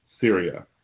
Syria